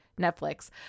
Netflix